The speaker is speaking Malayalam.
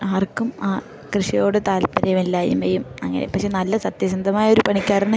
ആർക്കും ആ കൃഷിയോട് താല്പര്യമില്ലായ്മയും അങ്ങനെ പക്ഷെ നല്ല സത്യസന്ധമായ ഒരു പണിക്കാരന്